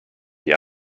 die